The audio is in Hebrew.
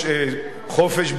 חופש ביטוי,